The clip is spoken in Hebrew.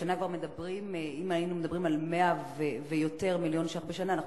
אם היינו מדברים על 100 מיליון שקלים בשנה ויותר,